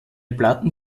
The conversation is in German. platten